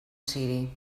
ciri